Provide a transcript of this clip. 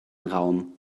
raum